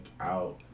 out